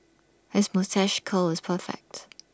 his moustache curl is perfect